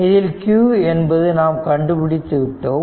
இதில் q என்பது நாம் கண்டுபிடித்து விட்டோம்